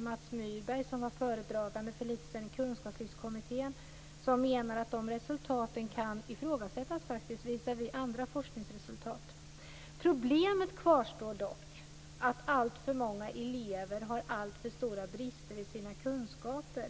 Mats Myrberg, föredragande i Kunskapslyftskommittén, menar att de resultaten kan ifrågasättas visavi andra forskningsresultat. Problemet kvarstår dock; alltför många elever har alltför stora brister i sina kunskaper.